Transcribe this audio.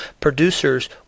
Producers